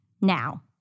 now